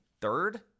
third